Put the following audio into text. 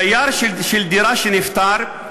דייר של דירה שנפטר,